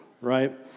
right